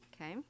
Okay